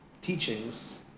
teachings